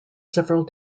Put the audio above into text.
several